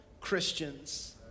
Christians